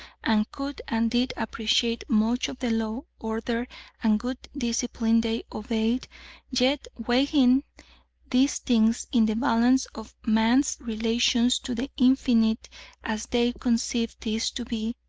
and could and did appreciate much of the law, order, and good discipline they obeyed, yet, weighing these things in the balance of man's relations to the infinite as they conceived these to be,